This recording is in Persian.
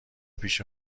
پیش